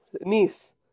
niece